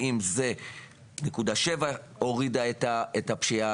האם זו נקודה שבע שהורידה את הפשיעה?